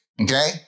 Okay